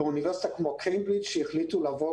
באוניברסיטה כמו קיימברידג' החליטו לעבור